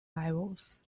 levels